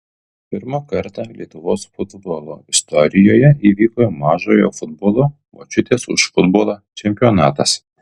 pirmą kartą lietuvos futbolo istorijoje įvyko mažojo futbolo močiutės už futbolą čempionatas